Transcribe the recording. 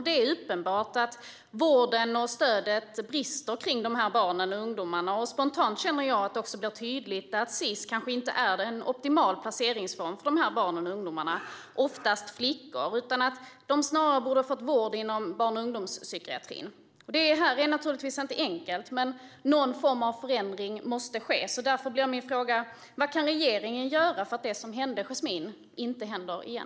Det är uppenbart att vården och stödet brister för dessa barn och ungdomar. Spontant känner jag att det blir tydligt att Sis kanske inte är en optimal placeringsform för de här barnen och ungdomarna som oftast är flickor. De borde snarare fått vård inom barn och ungdomspsykiatrin. Detta är naturligtvis inte enkelt. Men någon form att förändring måste ske. Därför blir min fråga: Vad kan regeringen göra för att det som hände Jasmine inte händer igen?